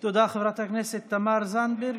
תודה, חברת הכנסת תמר זנדברג.